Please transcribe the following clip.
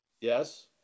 Yes